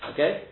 Okay